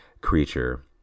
creature